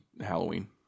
Halloween